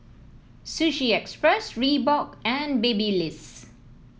Sushi Express Reebok and Babyliss